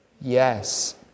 Yes